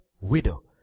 widow